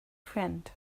friend